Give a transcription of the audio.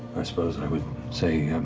i suppose i would say